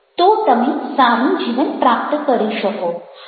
તો તમે સારું જીવન પ્રાપ્ત કરી શકો